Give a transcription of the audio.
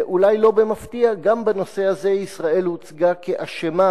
ואולי לא במפתיע גם בנושא הזה ישראל הוצגה כאשמה